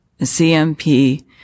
CMP